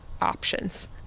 options